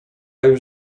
już